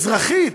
אזרחית,